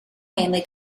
mainly